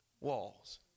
walls